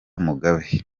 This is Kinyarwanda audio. mugabe